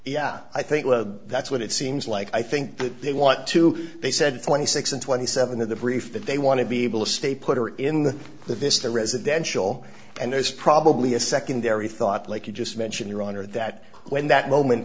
yeah i think well that's what it seems like i think that they want to they said twenty six and twenty seven of the brief that they want to be able to stay put are in the the vista residential and it's probably a secondary thought like you just mentioned your honor that when that moment